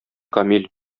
камил